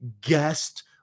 guest